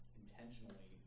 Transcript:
intentionally